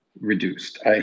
reduced